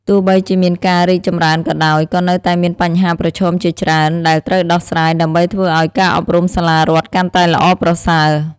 ទោះបីជាមានការរីកចម្រើនក៏ដោយ ក៏នៅតែមានបញ្ហាប្រឈមជាច្រើន ដែលត្រូវដោះស្រាយដើម្បីធ្វើឱ្យការអប់រំសាលារដ្ឋកាន់តែល្អប្រសើរ។